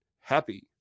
happy